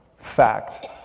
fact